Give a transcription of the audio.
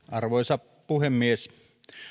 arvoisa puhemies